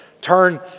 Turn